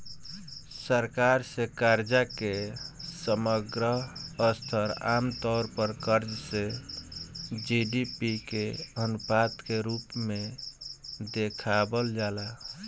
सरकार से कर्जा के समग्र स्तर आमतौर पर कर्ज से जी.डी.पी के अनुपात के रूप में देखावल जाला